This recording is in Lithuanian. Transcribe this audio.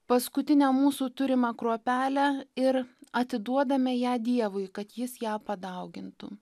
paskutinę mūsų turimą kruopelę ir atiduodame ją dievui kad jis ją padaugintų